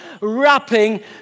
wrapping